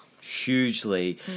Hugely